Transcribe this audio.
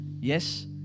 Yes